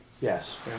Yes